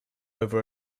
over